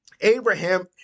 Abraham